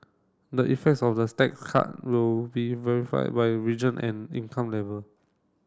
the effects of the cut will be verified by region and income level